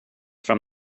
from